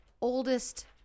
oldest